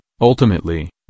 ultimately